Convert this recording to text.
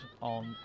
on